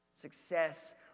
Success